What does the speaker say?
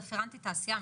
רפרנטית תעשיה,